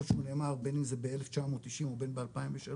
שהוא נאמר בין אם זה ב-1990 ובין ב-2003,